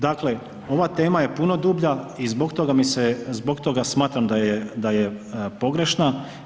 Dakle, ova tema je puno dublja i zbog toga mi se, zbog toga smatram da je pogrešna.